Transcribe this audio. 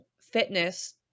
fitness